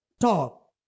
talk